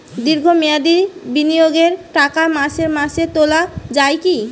দীর্ঘ মেয়াদি বিনিয়োগের টাকা মাসে মাসে তোলা যায় কি?